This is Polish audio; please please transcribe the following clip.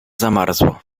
zamarzło